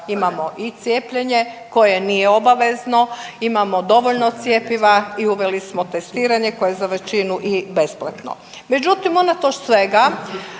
imamo i cijepljenje koje nije obavezno, imamo dovoljno cjepiva i uveli smo testiranje koje je za većinu i besplatno.